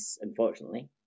unfortunately